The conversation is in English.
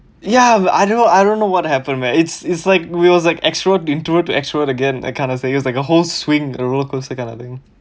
ya I don't know I don't know what happened man it's it's like it was like extrovert to introvert to extrovert again that kind of thing it was like a whole swing a rollercoaster kind of thing